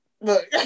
Look